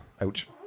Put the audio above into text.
Ouch